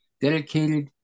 dedicated